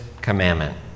commandment